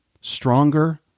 stronger